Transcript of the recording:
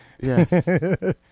Yes